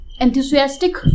enthusiastic